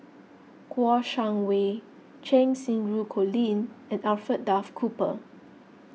Kouo Shang Wei Cheng Xinru Colin and Alfred Duff Cooper